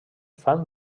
fan